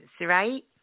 right